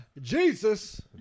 Jesus